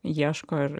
ieško ir